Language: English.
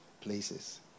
places